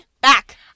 back